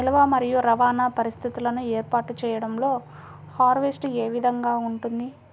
నిల్వ మరియు రవాణా పరిస్థితులను ఏర్పాటు చేయడంలో హార్వెస్ట్ ఏ విధముగా ఉంటుంది?